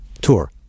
tour